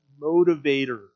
motivator